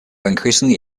increasingly